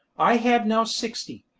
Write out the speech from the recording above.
i had now sixty,